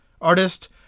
Artist